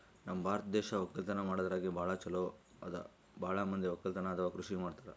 ನಮ್ ಭಾರತ್ ದೇಶ್ ವಕ್ಕಲತನ್ ಮಾಡದ್ರಾಗೆ ಭಾಳ್ ಛಲೋ ಅದಾ ಭಾಳ್ ಮಂದಿ ವಕ್ಕಲತನ್ ಅಥವಾ ಕೃಷಿ ಮಾಡ್ತಾರ್